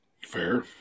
Fair